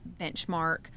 benchmark